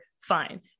fine